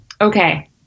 Okay